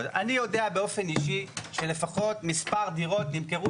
יודע באופן אישי שלפחות מספר דירות נמכרו